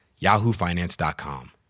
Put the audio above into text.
YahooFinance.com